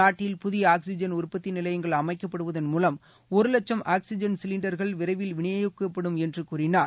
நாட்டில் புதிய ஆக்சிஜன் உற்பத்தி நிலையங்கள் அமைக்கப்படுவதன் மூலம் ஒரு வட்சம் ஆக்சிஜன் சிலிண்டர்கள் விரைவில் விநியோகிக்கப்படும் என்று கூறினார்